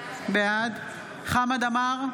בעד חמד עמאר,